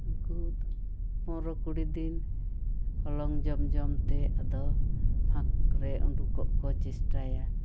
ᱩᱱᱠᱩ ᱯᱚᱱᱨᱳ ᱠᱩᱲᱤ ᱫᱤᱱ ᱦᱚᱞᱚᱝ ᱡᱚᱢ ᱡᱚᱢ ᱛᱮ ᱟᱫᱚ ᱯᱷᱟᱠ ᱨᱮ ᱩᱰᱩᱠᱚᱜ ᱠᱚ ᱪᱮᱥᱴᱟᱭᱟ